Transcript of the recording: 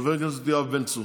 חבר הכנסת יואב בן צור.